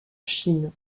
chine